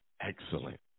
excellent